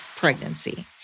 pregnancy